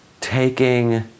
taking